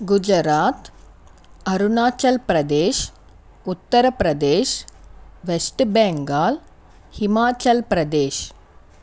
Gujarat Arunachal Pradesh Uttar Pradesh West Bengal Himachal Pradesh